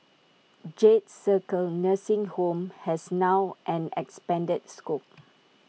jade circle nursing home has now an expanded scope